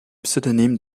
pseudonyme